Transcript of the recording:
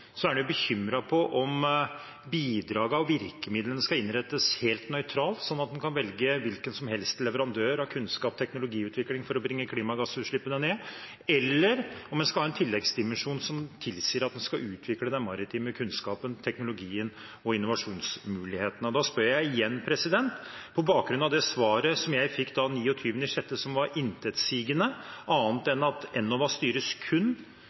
er en jo bekymret for om bidragene og virkemidlene skal innrettes helt nøytralt slik at en kan velge hvilken som helst leverandør av kunnskap og teknologiutvikling for å bringe klimagassutslippene ned, eller om en skal ha en tilleggsdimensjon som tilsier at en skal utvikle den maritime kunnskapen, teknologien og innovasjonsmulighetene. Og da spør jeg igjen – på bakgrunn av det svaret som jeg fikk 29. juni, som var intetsigende, annet enn at Enova styres kun